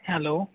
hello